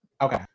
Okay